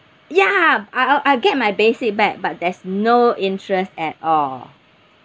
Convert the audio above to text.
ya I I get my basic back but there's no interest at all